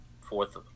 Fourth